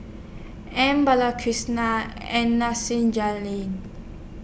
M Balakrishnan and Nasir Jalil